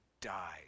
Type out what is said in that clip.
died